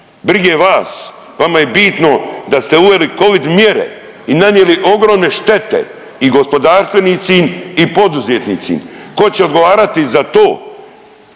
brige vas. Vama je bitno da ste uveli Covid mjere i nanijeli ogromne štete i gospodarstvenicim i poduzetnicim. Tko će odgovarati za to,